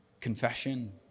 confession